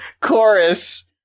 chorus